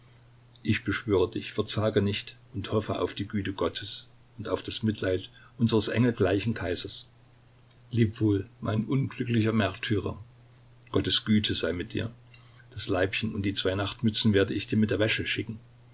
ich beschwöre dich verzage nicht und hoffe auf die güte gottes und auf das mitleid unseres engelgleichen kaisers leb wohl mein unglücklicher märtyrer gottes güte sei mit dir das leibchen und die zwei nachtmützen werde ich dir mit der wäsche schicken